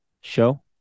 show